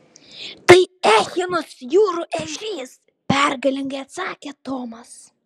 tai echinus jūrų ežys pergalingai atsakė tomas